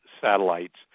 satellites